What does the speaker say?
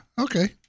okay